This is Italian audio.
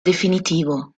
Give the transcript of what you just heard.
definitivo